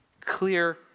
clear